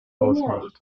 ausmacht